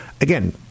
again